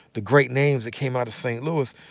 the great names that came out of st. louis.